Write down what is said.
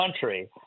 country